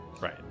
Right